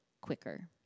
quicker